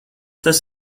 tas